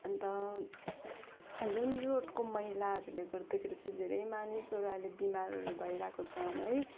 अन्त जुन रोडको मैलाहरूले गर्दाखेरि चाहिँ धेरै मानिसहरू अहिले बिमारहरू भइरहेको छन् है